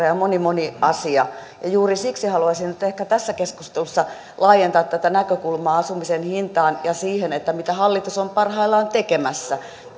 ja ja moni moni asia juuri siksi haluaisin ehkä tässä keskustelussa laajentaa tätä näkökulmaa asumisen hintaan ja siihen mitä hallitus on parhaillaan tekemässä